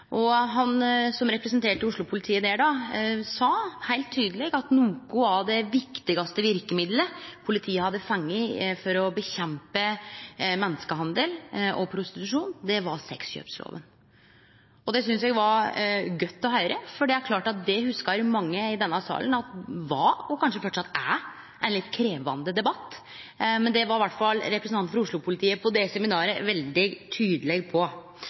Han som representerte Oslo-politiet der, sa heilt tydeleg at eit av dei viktigaste verkemidla politiet hadde fått for å bekjempe menneskehandel og prostitusjon, var sexkjøpsloven. Det syntest eg var godt å høyre, for det er klart at det hugsar mange i denne salen var – og kanskje framleis er – ein litt krevjande debatt. Men det var i alle fall representanten for Oslo-politiet på det seminaret veldig tydeleg på.